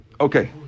Okay